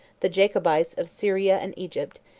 the jacobites of syria and egypt,